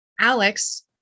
Alex